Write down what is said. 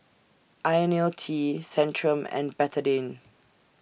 Ionil T Centrum and Betadine